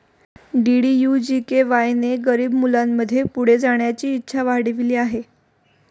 DDU GKY ने गरीब मुलांमध्ये पुढे जाण्याची इच्छा वाढविली आहे